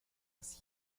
así